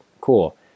cool